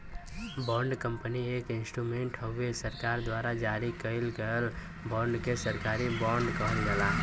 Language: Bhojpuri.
बॉन्ड कंपनी एक इंस्ट्रूमेंट हउवे सरकार द्वारा जारी कइल गयल बांड के सरकारी बॉन्ड कहल जाला